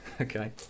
Okay